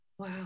Wow